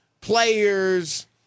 players